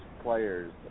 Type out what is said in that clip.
players